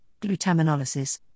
glutaminolysis